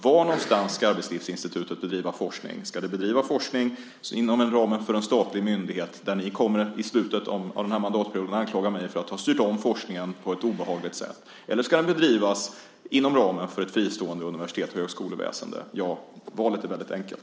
Var någonstans ska Arbetslivsinstitutet bedriva forskning? Ska det bedriva forskning inom ramen för en statlig myndighet, där ni i slutet av mandatperioden kommer att anklaga mig för att ha styrt om forskningen på ett obehagligt sätt, eller ska forskningen bedrivas inom ramen för ett fristående universitets och högskoleväsende? Ja, valet är enkelt.